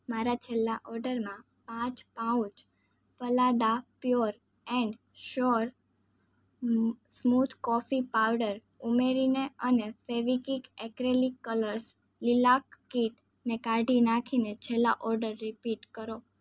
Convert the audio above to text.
મારા છેલ્લા ઓર્ડરમાં પાંચ pouch Phalada pure and sure smooth coffee powder ઉમેરીને અને ફેવિક્રીલ એક્રીલિક કલર્સ લીલાક કીટને કાઢી નાંખીને છેલ્લો ઓર્ડર રીપીટ કરો